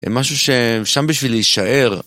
משהו ששם בשביל להישאר.